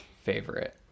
favorite